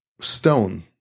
stone